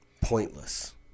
Pointless